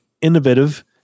innovative